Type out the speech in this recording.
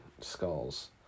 skulls